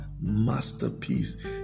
masterpiece